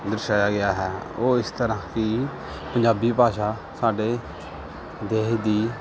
ਦਰਸਾਇਆ ਗਿਆ ਹੈ ਉਹ ਇਸ ਤਰ੍ਹਾਂ ਹੀ ਪੰਜਾਬੀ ਭਾਸ਼ਾ ਸਾਡੇ ਦੇਸ਼ ਦੀ